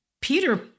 Peter